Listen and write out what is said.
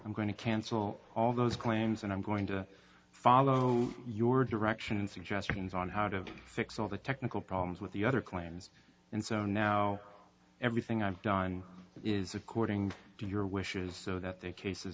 i'm going to cancel all those claims and i'm going to follow your direction and suggestions on how to fix all the technical problems with the other claims and so now everything i've done is according to your wishes so that the